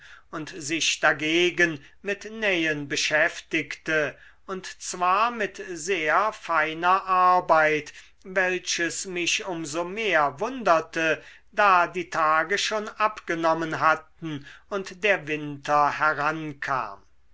und sich dagegen mit nähen beschäftigte und zwar mit sehr feiner arbeit welches mich um so mehr wunderte da die tage schon abgenommen hatten und der winter herankam